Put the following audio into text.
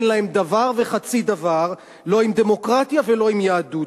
אין להם דבר וחצי דבר לא עם דמוקרטיה ולא עם יהדות.